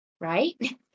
right